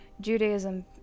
Judaism